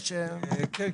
כן,